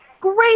Great